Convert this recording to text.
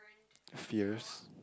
fears